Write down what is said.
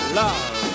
love